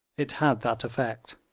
it had that effect,